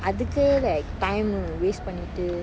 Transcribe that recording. அதுக்கே:athuke like time ah waste பண்ணிட்டு:pannittu